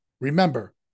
Remember